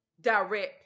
direct